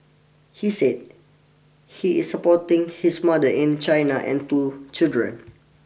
he said he is supporting his mother in China and two children